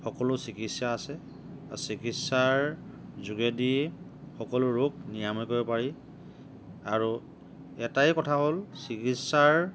সকলো চিকিৎসা আছে চিকিৎসাৰ যোগেদি সকলো ৰোগ নিৰাময় কৰিব পাৰি আৰু এটাই কথা হ'ল চিকিৎসাৰ